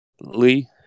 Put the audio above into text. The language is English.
Lee